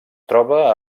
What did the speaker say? troba